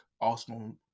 Arsenal